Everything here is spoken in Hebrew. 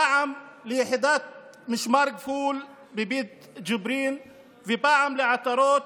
פעם ליחידת משמר הגבול בבית ג'וברין ופעם לעטרות